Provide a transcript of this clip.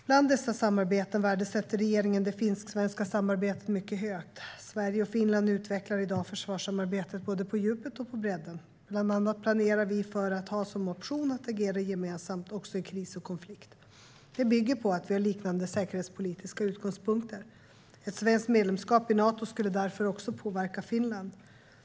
Bland dessa samarbeten värdesätter regeringen det finsk-svenska samarbetet mycket högt. Sverige och Finland utvecklar i dag försvarssamarbetet både på djupet och på bredden. Bland annat planerar vi för att ha som option att agera gemensamt också i kris och konflikt. Det bygger på att vi har liknande säkerhetspolitiska utgångspunkter. Ett svenskt medlemskap i Nato skulle därför också påverka Finland.